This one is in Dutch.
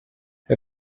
hij